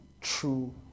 true